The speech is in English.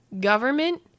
government